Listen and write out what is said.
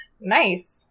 Nice